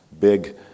big